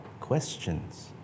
questions